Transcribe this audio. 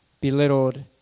belittled